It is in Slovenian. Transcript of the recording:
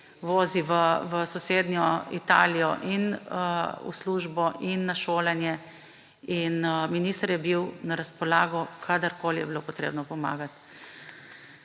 vozi v sosednjo Italijo in v službo in na šolanje; in minister je bil na razpolago, kadarkoli je bilo treba pomagati.